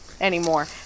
anymore